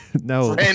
no